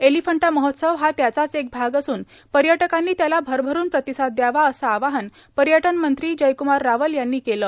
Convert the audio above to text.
एलिफंटा महोत्सव हा त्याचाच एक भाग असून पर्यटकांनी त्याला भरभरुन प्रतिसाद दयावा असे आवाहन पर्यटन मंत्री जयकमार रावल यांनी केले